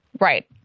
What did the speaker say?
Right